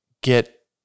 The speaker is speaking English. get